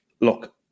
look